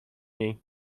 niej